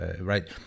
right